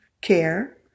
care